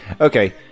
Okay